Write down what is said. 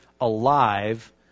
alive